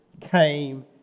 came